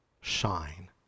shine